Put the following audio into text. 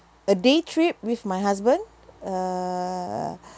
a day trip with my husband uh